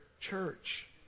church